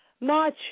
March